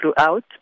throughout